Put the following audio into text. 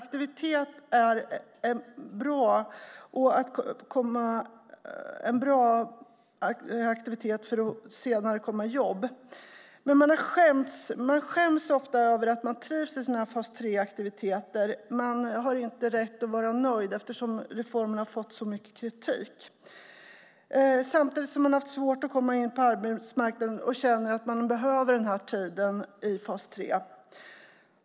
Det är en bra aktivitet för att senare komma i jobb. Människor skäms ofta över att de trivs i sina fas 3-aktiviteter - man har inte rätt att vara nöjd eftersom reformen har fått så mycket kritik. Samtidigt har de haft svårt att komma in på arbetsmarknaden och känner att de behöver den här tiden i fas 3.